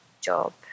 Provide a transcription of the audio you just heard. job